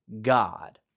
God